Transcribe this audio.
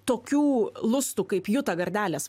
tokių lustų kaip juda gardelės